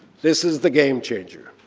this is the game changer.